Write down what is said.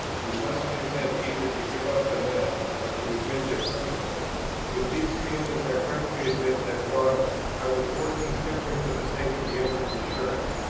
we must consent either to give up the men, or to admit their principles. with these feelings i frankly admit, that, while i was working simply for the sake of the anglican church,